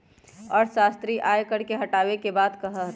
अर्थशास्त्री आय कर के हटावे के बात कहा हथिन